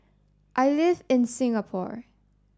I live in Singapore